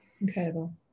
Incredible